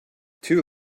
two